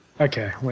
Okay